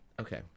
Okay